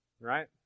Right